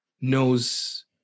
knows